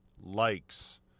likes